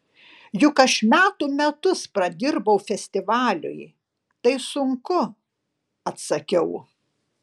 juk aš metų metus pradirbau festivaliui tai sunku atsakiau